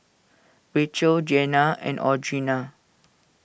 Rachael Jeanna and Audrina